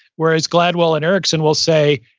whereas gladwell and ericsson will say,